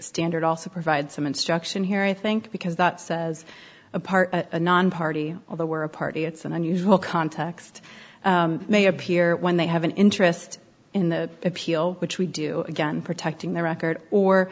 standard also provide some instruction here i think because that says apart nonparty although we're a party it's an unusual context may appear when they have an interest in the appeal which we do again protecting the record or